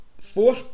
four